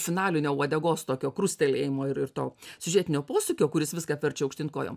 finalinio uodegos tokio krustelėjimo ir ir to siužetinio posūkio kuris viską apverčia aukštyn kojom